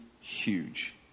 huge